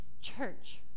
Church